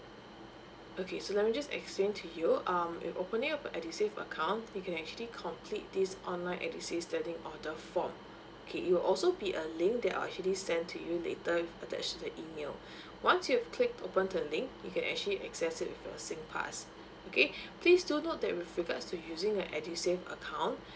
okay so let me just explain to you um it opening up edusave account you can actually complete this online edusave standing on the form okay it'll also be a link that are actually send to you later attached to the email once you click open to link you can actually access it with the singpass okay please do note that with regards to using your edusave account